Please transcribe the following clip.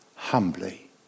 Humbly